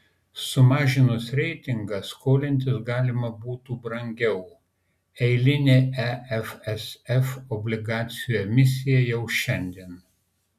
sumažinus reitingą skolintis gali būti brangiau eilinė efsf obligacijų emisija jau šiandien